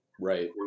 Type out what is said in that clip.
Right